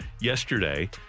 yesterday